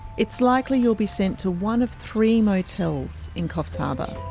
it's likely you'll be sent to one of three motels in coffs harbour.